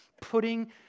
putting